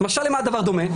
משל למה הדבר דומה?